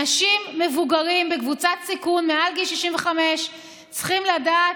אנשים מבוגרים בקבוצת סיכון מעל גיל 65 צריכים לדעת: